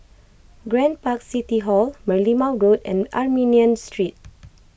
Grand Park City Hall Merlimau Road and Armenian Street